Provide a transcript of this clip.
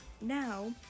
now